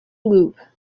loop